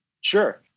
Sure